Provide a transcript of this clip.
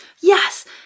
Yes